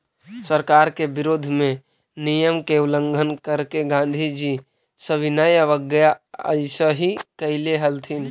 सरकार के विरोध में नियम के उल्लंघन करके गांधीजी सविनय अवज्ञा अइसही कैले हलथिन